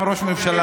גם ראש הממשלה,